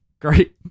Great